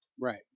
Right